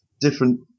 different